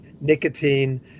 nicotine